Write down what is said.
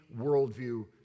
worldview